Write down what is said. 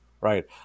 Right